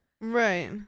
Right